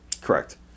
correct